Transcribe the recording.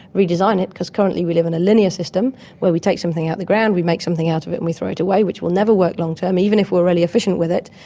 redesign it, because currently we live in a linear system where we take something out of the ground, we make something out of it and we throw it away, which will never work long-term, even if we are really efficient with it,